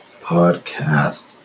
Podcast